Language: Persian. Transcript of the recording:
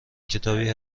کتابی